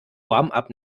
warmup